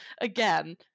again